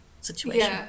situation